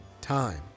time